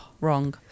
Wrong